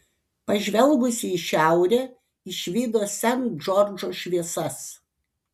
pažvelgusi į šiaurę išvydo sent džordžo šviesas